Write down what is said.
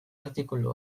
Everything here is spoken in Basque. artikulua